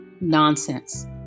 nonsense